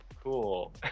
cool